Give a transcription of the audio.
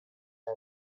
had